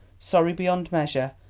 sorry beyond measure,